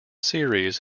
series